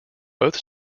both